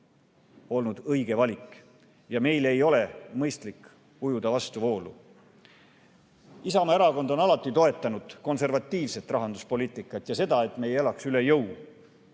olnud õige valik. Meil ei ole mõistlik ujuda vastuvoolu. Isamaa Erakond on alati toetanud konservatiivset rahanduspoliitikat ja seda, et me ei elaks üle jõu.